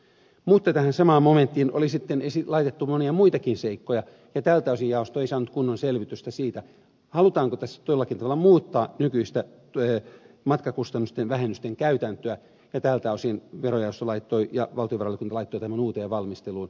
mutta tähän samaan momenttiin oli sitten laitettu monia muitakin seikkoja ja tältä osin jaosto ei saanut kunnon selvitystä siitä halutaanko tässä jollakin tavalla muuttaa nykyistä matkakustannusten vähennysten käytäntöä ja tältä osin verojaosto ja valtiovarainvaliokunta laittoi tämän uuteen valmisteluun